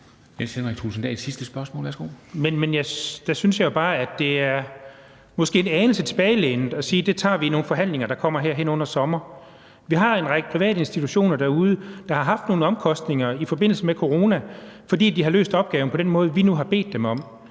Henrik Thulesen Dahl (DF): Jeg synes jo bare, at det måske er en anelse tilbagelænet at sige, at det tager vi i nogle forhandlinger, der kommer hen over sommeren. Vi har en række private institutioner, der har haft nogle omkostninger i forbindelse med corona, fordi de har løst opgaven på den måde, som vi nu har bedt dem om.